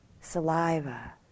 saliva